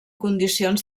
condicions